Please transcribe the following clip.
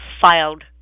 filed